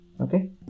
okay